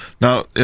Now